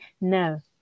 No